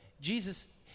Jesus